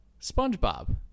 SpongeBob